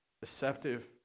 deceptive